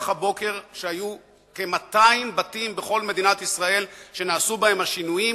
הבוקר שהיו כ-200 בתים בכל מדינת ישראל שנעשו בהם השינויים